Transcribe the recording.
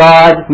God